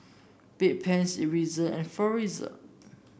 Bedpans Ezerra and Floxia